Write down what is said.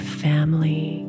family